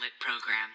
Program